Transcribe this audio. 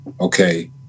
okay